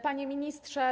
Panie Ministrze!